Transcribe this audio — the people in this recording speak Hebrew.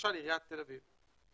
למשל עיריית תל אביב,